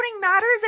matters